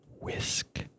whisk